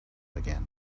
again